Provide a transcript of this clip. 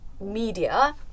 media